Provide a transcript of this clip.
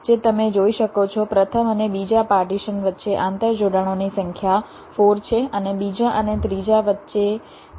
જે તમે જોઈ શકો છો પ્રથમ અને બીજા પાર્ટીશન વચ્ચે આંતરજોડાણોની સંખ્યા 4 છે અને બીજા અને ત્રીજા વચ્ચે તે પણ 4 છે